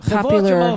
popular